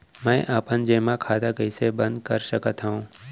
मै अपन जेमा खाता कइसे बन्द कर सकत हओं?